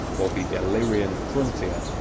or the illyrian frontier,